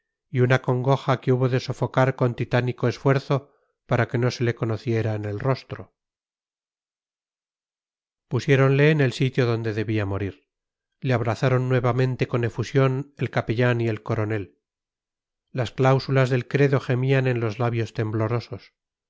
y una congoja que hubo de sofocar con titánico esfuerzo para que no se le conociera en el rostro pusiéronle en el sitio donde debía morir le abrazaron nuevamente con efusión el capellán y el coronel las cláusulas del credo gemían en los labios temblorosos